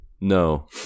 No